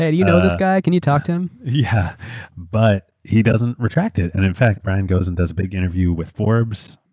yeah you know this guy. can you talk to him? yeah, but he doesn't retract it. and in fact, brian goes and does big interview with forbes.